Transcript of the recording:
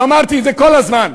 אמרתי את זה כל הזמן: